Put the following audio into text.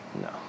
No